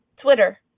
Twitter